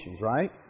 right